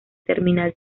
terminal